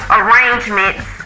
arrangements